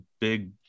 big